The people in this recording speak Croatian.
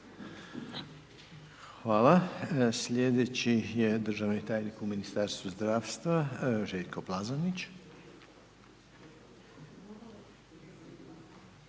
Hvala. Slijedeći je državni tajnik u Ministarstvu zdravstva, Željko Plazonić.